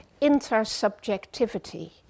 intersubjectivity